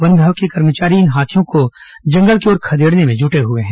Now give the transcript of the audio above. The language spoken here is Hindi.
वन विभाग के कर्मचारी इन हाथियों को जंगल की ओर खदेड़ने में जुटे हुए हैं